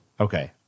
okay